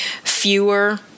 fewer